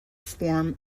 form